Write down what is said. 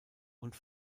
und